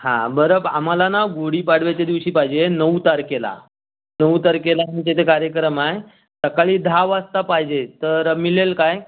हां बरं बरं आम्हाला ना गुढीपाडव्याच्या दिवशी पाहिजे नऊ तारखेला नऊ तारखेला आमच्या इथे कार्यक्रम आहे सकाळी दहा वाजता पाहिजे तर मिळेल काय